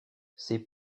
ses